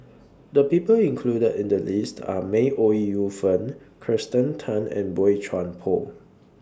The People included in The list Are May Ooi Yu Fen Kirsten Tan and Boey Chuan Poh